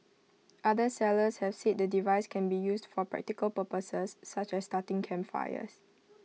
other sellers have said the device can be used for practical purposes such as starting campfires